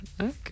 okay